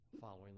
following